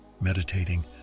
meditating